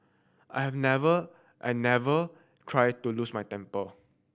I have never I never try to lose my temper